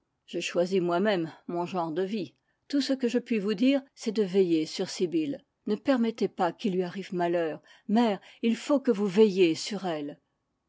j'ai choisi moi-même mon genre de vie tout ce que je puis vous dire c'est de veiller sur sibyl ne permettez pas qu'il lui arrive malheur mère il faut que vous veilliez sur elle